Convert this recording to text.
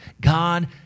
God